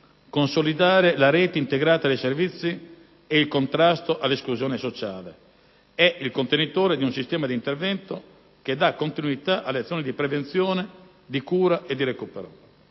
consolidare la rete integrata dei servizi e il contrasto all'esclusione sociale: è il "contenitore" di un sistema di intervento che dà continuità alle azioni di prevenzione, cura e recupero.